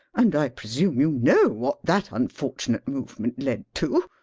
and i presume you know what that unfortunate movement led to?